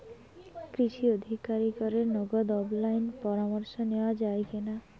কৃষি আধিকারিকের নগদ অনলাইন পরামর্শ নেওয়া যায় কি না?